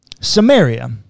Samaria